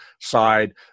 side